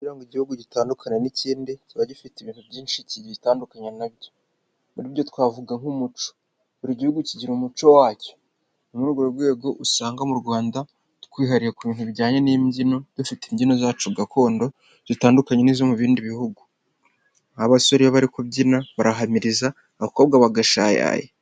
Kugira ngo igihugu gitandukane n'ikindi kiba gifite ibintu byinshi kibitandukanya nabyo, muri byo twavuga nk'umuco. Buri gihugu kigira umuco wacyo. Muri urwo rwego usanga mu rwanda twihariye ku bintu bijyanye n'imbyino. Dufite imbyino zacu gakondo zitandukanye n'izo mu bindi bihugu, abasore bari kubyina barahamiriza abakobwa bagashayaya.